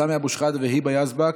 סמי אבו שחאדה והיבה יזבק.